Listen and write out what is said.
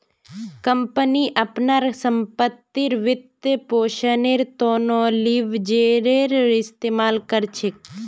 company अपनार संपत्तिर वित्तपोषनेर त न लीवरेजेर इस्तमाल कर छेक